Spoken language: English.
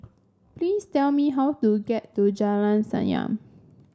please tell me how to get to Jalan Senyum